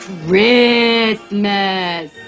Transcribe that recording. Christmas